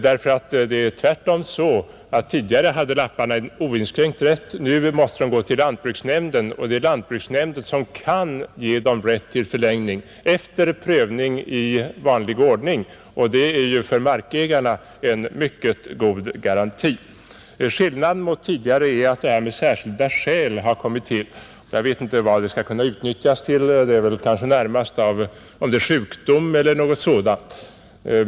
Det är tvärtom så att lapparna tidigare hade en oinskränkt rätt. Nu måste de vända sig till lantbruksnämnden, som kan ge dem rätt till förlängning efter prövning i vanlig ordning, och det är ju för markägarna en mycket god garanti, Skillnaden i förhållandet till vad som nu gäller är det stadgande om ”särskilda skäl” som har kommit till. Jag vet inte riktigt när det skall kunna utnyttjas — kanske vid sjukdom eller dylikt.